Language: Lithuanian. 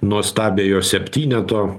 nuostabiojo septyneto